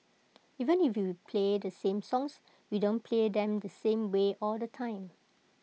even if we play the same songs we don't play them the same way all the time